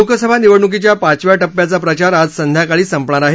लोकसभा निवडणुकीच्या पाचव्या टप्प्याचा प्रचार आज संध्याकाळी संपणार आहे